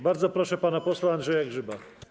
Bardzo proszę pana posła Andrzeja Grzyba.